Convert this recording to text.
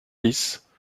dix